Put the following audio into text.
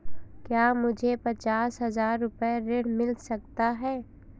क्या मुझे पचास हजार रूपए ऋण मिल सकता है?